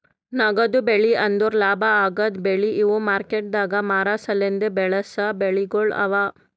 ನಗದು ಬೆಳಿ ಅಂದುರ್ ಲಾಭ ಆಗದ್ ಬೆಳಿ ಇವು ಮಾರ್ಕೆಟದಾಗ್ ಮಾರ ಸಲೆಂದ್ ಬೆಳಸಾ ಬೆಳಿಗೊಳ್ ಅವಾ